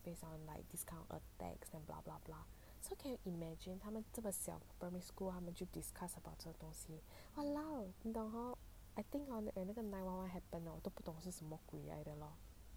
based on like this kind attack and blah blah blah so can you imagine 他们这么小 primary school 他们就 discuss about 这东西 !walao! 你懂 hor I think hor when 那个 nine one one happen 我都不懂是什么鬼来的 lor